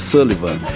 Sullivan